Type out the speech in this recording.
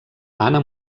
anna